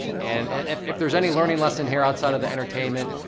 and if if there's any learning lesson here outside of the entertainment,